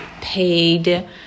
paid